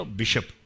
bishop